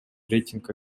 рейтинг